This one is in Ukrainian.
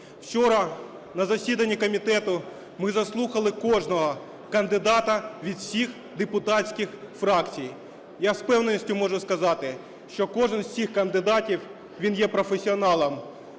Вчора на засіданні комітету ми заслухали кожного кандидата від всіх депутатських фракцій. Я із впевненістю можу сказати, що кожен з цих кандидатів, він є професіоналом